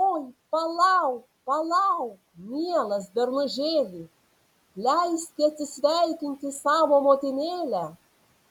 oi palauk palauk mielas bernužėli leiski atsisveikinti savo motinėlę